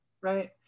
Right